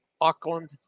Auckland